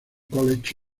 college